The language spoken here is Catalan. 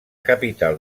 capital